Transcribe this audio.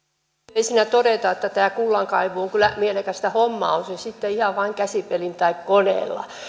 ensinnä todeta että kullankaivuu on kyllä mielekästä hommaa on se sitten ihan vain käsipelillä tai koneella